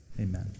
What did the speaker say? Amen